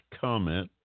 comment